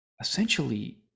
essentially